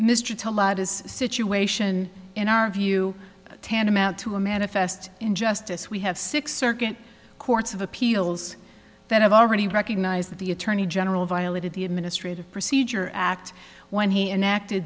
his situation in our view tantamount to a manifest injustice we have six circuit courts of appeals that have already recognized that the attorney general violated the administrative procedure act when he enact